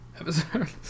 episodes